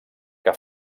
que